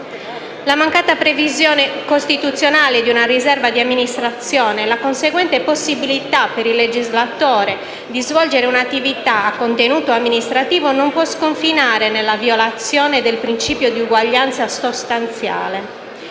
La mancata previsione costituzionale di una riserva di amministrazione e la conseguente possibilità per il legislatore di svolgere un'attività a contenuto amministrativo non può sconfinare nella violazione del principio di uguaglianza sostanziale.